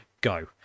go